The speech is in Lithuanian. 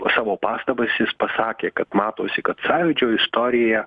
savo pastabas jis pasakė kad matosi kad sąjūdžio istorija